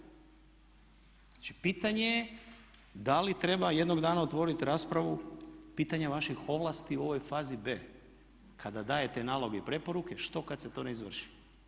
Znači pitanje je da li treba jednog dana otvoriti raspravu, pitanje vaših ovlasti u ovoj fazi B kada dajete naloge i preporuke što kada se to ne izvrši.